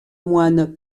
moine